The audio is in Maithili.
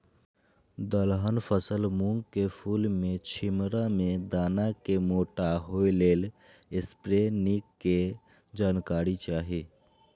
दलहन फसल मूँग के फुल में छिमरा में दाना के मोटा होय लेल स्प्रै निक के जानकारी चाही?